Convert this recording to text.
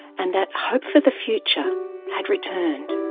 and that hope for the future had returned.